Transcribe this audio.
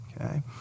Okay